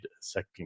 second